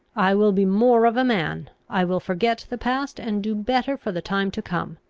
i will be more of a man i will forget the past, and do better for the time to come.